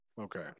okay